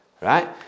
Right